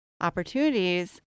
opportunities